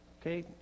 Okay